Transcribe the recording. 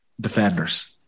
defenders